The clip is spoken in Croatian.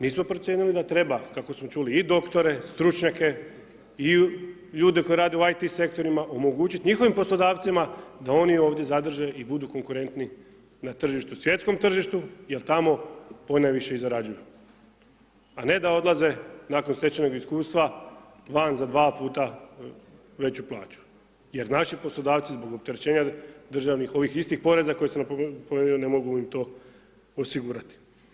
Mi smo procijenili da treba, kako smo čuli i doktore i stručnjake i ljude koji rade u IT sektorima, omogućiti njihovim poslodavcima da oni ovdje zadrže i budu konkurentni, na tržištu, svjetskom tržištu jer tamo ponajviše i zarađuju, a ne da odlaze nakon stečenog iskustva, van za 2 puta veću plaću, jer naši poslodavci zbog opterećenja državnih, ovih istih poreza koji sam napomenuo, ne mogu im to osigurati.